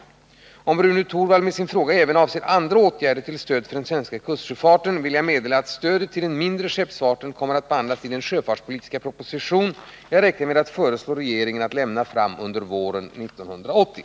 Om Rune Torwald med sin fråga även avser andra åtgärder till stöd för den svenska kustsjöfarten vill jag meddela att stödet till den mindre skeppsfarten kommer att behandlas i den sjöfartspolitiska proposition jag räknar med att föreslå regeringen att lägga fram under våren 1980.